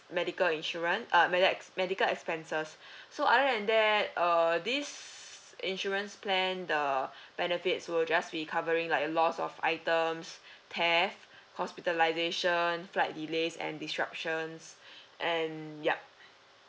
medical insurance uh med~ ex~ medical expenses so other than that err this insurance plan err benefits will just be covering like a loss of items theft hospitalization flight delays and disruptions and yup